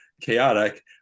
chaotic